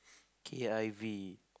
K_I_V